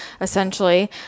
essentially